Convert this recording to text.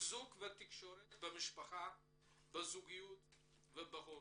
חיזוק ותקשורת במשפחה בזוגיות ובהורות,